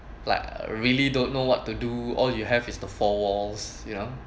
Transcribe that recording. like I really don't know what to do all you have is the four walls you know